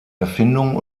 erfindung